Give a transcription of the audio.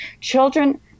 Children